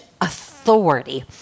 authority